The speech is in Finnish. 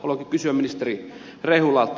haluankin kysyä ministeri rehulalta